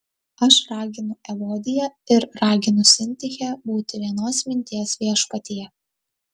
aš raginu evodiją ir raginu sintichę būti vienos minties viešpatyje